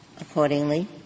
accordingly